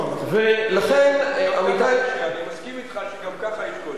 אני מסכים אתך שגם ככה יש קושי.